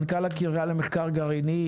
מנכ"ל הקריה למחקר גרעיני,